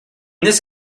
this